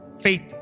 faith